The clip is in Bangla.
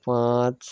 পাঁচ